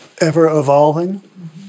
ever-evolving